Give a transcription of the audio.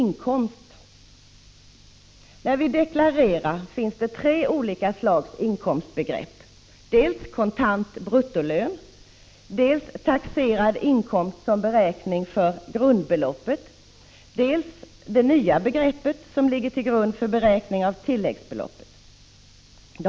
När vi deklarerar finns det tre olika slags inkomstbegrepp — kontant bruttolön, taxerad inkomst som underlag för beräkning av grundbeloppet och det nya begreppet som ligger till grund för beräkning av tilläggsbeloppet.